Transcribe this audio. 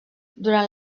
durant